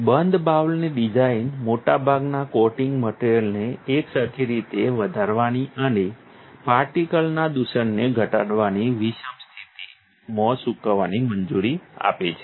બંધ બાઉલની ડિઝાઇન મોટા ભાગના કોટિંગ મટિરિયલને એકસરખી રીતે વધારવાની અને પર્ટિકલના દૂષણને ઘટાડવાની વિષમ સ્થિતિ માં સૂકવવાની મંજૂરી આપે છે